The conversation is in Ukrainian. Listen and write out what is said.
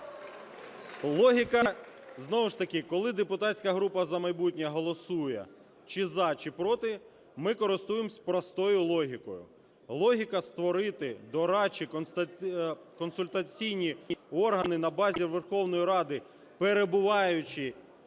Логіка знову ж таки, коли депутатська група "За майбутнє" голосує чи "за", чи "проти", ми користуємося простою логікою: логіка створити дорадчі консультаційні органи на базі Верховної Ради, перебуваючи